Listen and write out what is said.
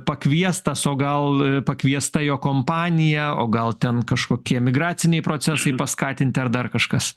pakviestas o gal pakviesta jo kompanija o gal ten kažkokie emigraciniai procesai paskatinti ar dar kažkas